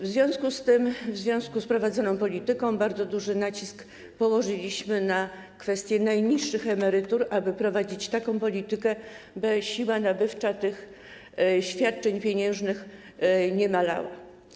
W związku z tym, w związku z prowadzoną polityką bardzo duży nacisk położyliśmy na kwestię najniższych emerytur, aby prowadzić taką politykę, by siła nabywcza tych świadczeń pieniężnych nie malała.